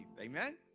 Amen